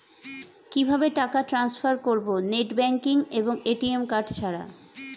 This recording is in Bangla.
কিভাবে টাকা টান্সফার করব নেট ব্যাংকিং এবং এ.টি.এম কার্ড ছাড়া?